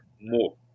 more